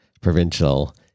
provincial